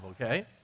okay